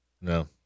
No